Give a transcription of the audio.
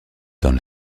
dans